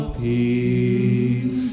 peace